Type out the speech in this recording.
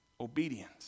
Obedience